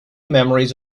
memories